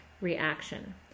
reaction